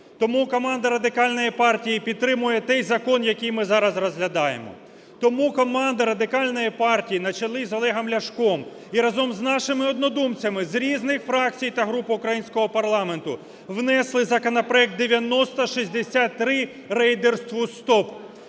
Тому команда Радикальної партії підтримує той закон, який ми зараз розглядаємо. Тому команда Радикальної партії на чолі з Олегом Ляшком і разом з нашими однодумцями з різних фракцій та груп українського парламенту внесли законопроект 9063 "Рейдерству стоп".